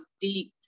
deep